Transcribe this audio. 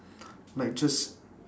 like just